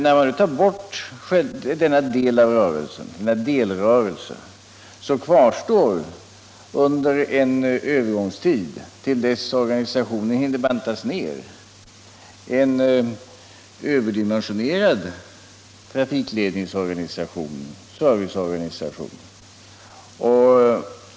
När man tar bort denna delrörelse kvarstår under en övergångstid — till dess organisationen har hunnit bantas ner — en överdimensionerad trafikledningsoch serviceorganisation.